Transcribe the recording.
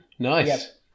Nice